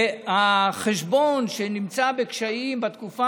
והתקופה שהחשבון נמצא בקשיים בתקופה